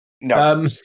No